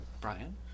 Brian